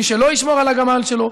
מי שלא ישמור על הגמל שלו,